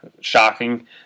shocking